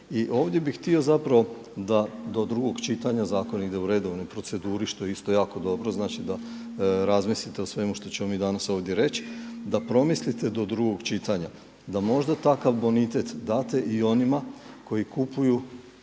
ovdje bih htio zapravo da do drugog čitanja zakon ide u redovnoj proceduri što je isto jako dobro, znači da razmislite o svemu što ćemo mi ovdje danas reći, da promislite do drugog čitanja da možda takav bonitet date i onima koji kupuju